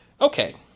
Okay